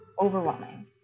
overwhelming